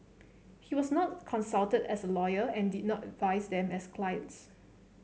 he was not consulted as a lawyer and did not advise them as clients